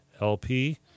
LP